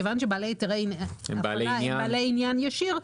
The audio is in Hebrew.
כיוון שהם בעלי עניין ישיר,